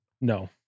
no